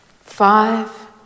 Five